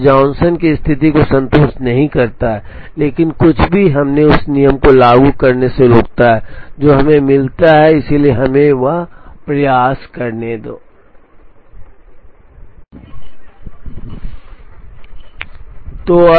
अब यह जॉनसन की स्थिति को संतुष्ट नहीं करता है लेकिन कुछ भी हमें उस नियम को लागू करने से रोकता है जो हमें मिलता है इसलिए हमें वह प्रयास करने दें